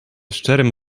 szczerym